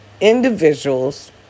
individuals